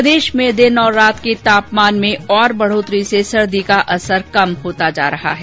प्रदेश में दिन और रात के तापमान में बढ़ोतरी से सर्दी का असर कम होता जा रहा है